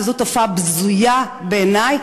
וזו התופעה הבזויה בעיני,